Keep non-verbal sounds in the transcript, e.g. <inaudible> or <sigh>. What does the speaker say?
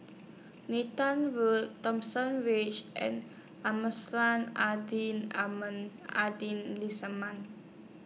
Nathan Road Thomson Ridge and <unintelligible> Islamiah